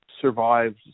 survived